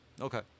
okay